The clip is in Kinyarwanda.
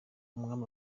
umwami